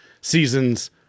seasons